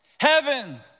Heaven